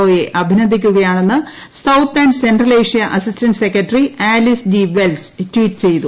ഒയെ അഭിനന്ദിക്കുകയാണെന്ന് south and central Asia assistant secretary Alice G Wells tweet ചെയ്തു